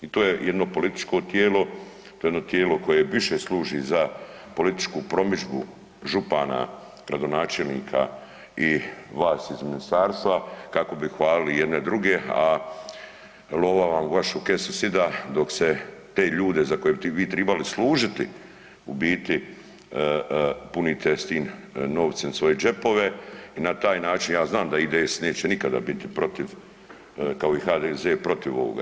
I to je jedno političko tijelo, to je jedno tijelo koje više služi za političku promidžbu župana, gradonačelnika i vas iz ministarstva kako bi hvalili jedne druge, a lova vam u vašu kesu sida dok se te ljude za koje bi vi tribali služiti u biti punite s tim novcem svoje džepove i na taj način, ja znam da IDS neće nikada biti protiv kao i HDZ protiv ovog.